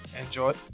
enjoy